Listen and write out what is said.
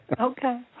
Okay